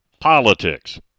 Politics